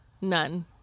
none